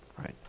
Right